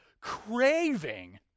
craving